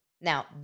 Now